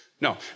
No